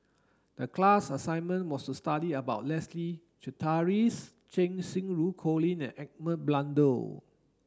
the class assignment was to study about Leslie Charteris Cheng Xinru Colin and Edmund Blundell